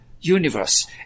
universe